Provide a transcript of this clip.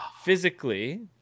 physically